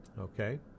Okay